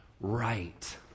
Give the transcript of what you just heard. right